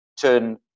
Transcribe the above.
turn